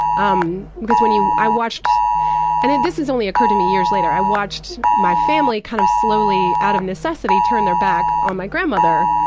um because when you i watched and this has only occurred to me years later, i watched my family kind of slowly, out of necessity, turn their back on my grandmother,